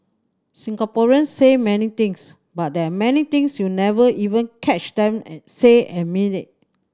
Singaporeans say many things but there are many things you never even catch them say and mean it